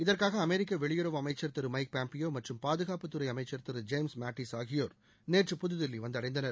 இதற்காக அமெரிக்க வெளியுறவு அமைச்சர் திரு மைக் பாம்பியோ மற்றும் பாதுகாப்புத்துறை அமைச்சர் ஜேம்ஸ் மேட்டிஸ் ஆகியோர் நேற்று புதுதில்லி வந்தடைந்தனர்